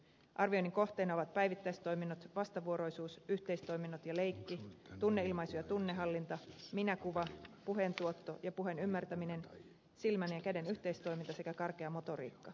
arvioinnin kohteina ovat päivittäistoiminnot vastavuoroisuus yhteistoiminnot ja leikki tunneilmaisu ja tunnehallinta minäkuva puheen tuotto ja puheen ymmärtäminen silmän ja käden yhteistoiminta sekä karkea motoriikka